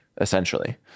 essentially